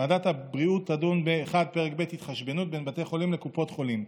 ועדת הבריאות תדון בפרק ב' (התחשבנות בין בתי חולים לקופות חולים).